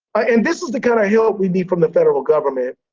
ah and this is the kind of help we need from the federal government.